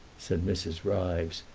said mrs. ryves,